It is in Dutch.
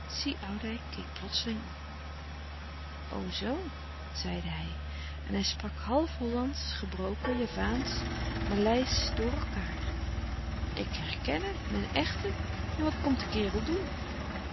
keek plotseling op o zoo zeide hij en hij sprak half hollandsch gebroken javaansch maleisch door elkaâr ik herken hem mijn echte en wat komt de kerel doen